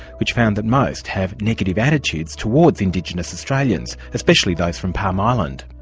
which found that most have negative attitudes towards indigenous australians, especially those from palm island.